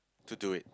to do it